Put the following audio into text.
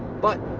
but,